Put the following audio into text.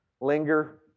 Linger